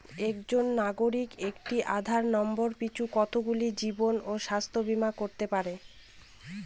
একজন নাগরিক একটি আধার নম্বর পিছু কতগুলি জীবন ও স্বাস্থ্য বীমা করতে পারে?